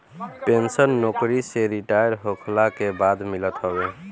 pension नोकरी से retire होखला के बाद मिलत हवे